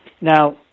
Now